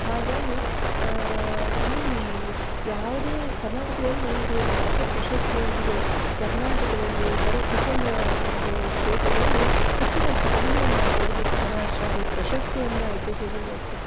ಹಾಗಾಗಿ ಈ ಯಾವುದೇ ಕರ್ನಾಟಕದಲ್ಲಿ ಇದು ರಾಜ್ಯ ಪ್ರಶಸ್ತಿಯಾಗಿದೆ ಕರ್ನಾಟಕದಲ್ಲಿ ಕರಕುಶಲ ಒಂದು ಕ್ಷೇತ್ರದಲ್ಲಿ ಹೆಚ್ಚಿನ ಸಾಧನೆ ಮಾಡ್ದೋರಿಗೆ ಜಕಣಾಚಾರ್ಯ ಪ್ರಶಸ್ತಿಯನ್ನು ಇತ್ತೀಚೆಗೆ ಕೊಡ